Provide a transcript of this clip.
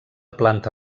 planta